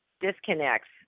disconnects